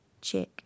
check